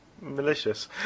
malicious